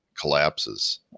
collapses